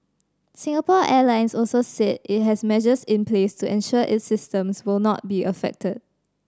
Singapore Airlines also said it has measures in place to ensure its systems will not be affected